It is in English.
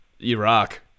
Iraq